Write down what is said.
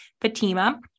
Fatima